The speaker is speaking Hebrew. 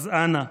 אז אנא,